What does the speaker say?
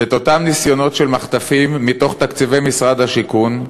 שאת אותם ניסיונות של מחטפים מתוך תקציבי משרד השיכון,